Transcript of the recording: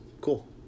Cool